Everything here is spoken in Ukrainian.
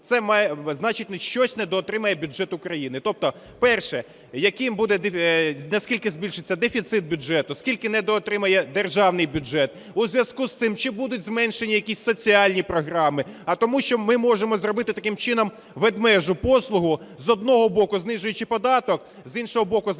це значить, щось недоотримає бюджет України. Тобто, перше – на скільки збільшиться дефіцит бюджету, скільки недоотримає державний бюджет. У зв'язку з цим, чи будуть зменшені якісь соціальні програми. А тому що ми можемо зробити таким чином "ведмежу послугу", з одного боку, знижуючи податок, з іншого боку, зменшимо